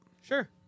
Sure